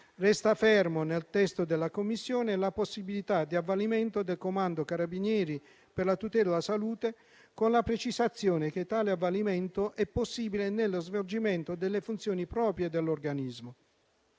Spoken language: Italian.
Resta fermo nel testo della Commissione la possibilità di avvalimento del Comando carabinieri per la tutela della salute, con la precisazione che tale avvalimento è possibile nello svolgimento delle funzioni proprie dell'Organismo.